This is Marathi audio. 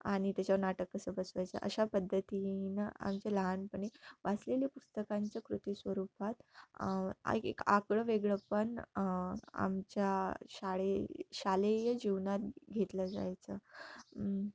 आणि त्याच्यावर नाटक कसं बसवायचं अशा पद्धतीनं आमच्या लहानपणी वाचलेले पुस्तकांच्या कृती स्वरूपात एक आगळं वेगळंपण आमच्या शाळे शालेय जीवनात घेतलं जायचं